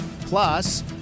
plus